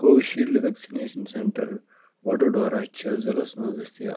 کووِشیٖلڈٕ vaccination centre Vadodara چھِ ضِلَس مَنٛز دٔستِیاب